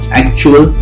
actual